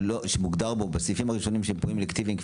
שמוגדר בו בסעיפים הראשונים של פינויים אלקטיביים,